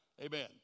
Amen